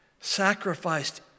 sacrificed